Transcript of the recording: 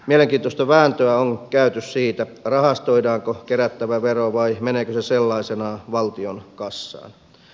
mielenkiintoista vääntöä on käyty siitä rahastoidaanko kerättävä vero vai meneekö se sellaisenaan valtion kassaan